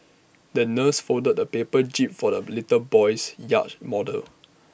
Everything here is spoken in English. the nurse folded A paper jib for the little boy's yacht model